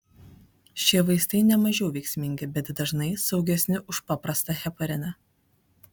šie vaistai nemažiau veiksmingi bet dažnai saugesni už paprastą hepariną